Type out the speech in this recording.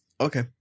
Okay